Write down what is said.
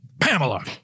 Pamela